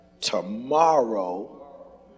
tomorrow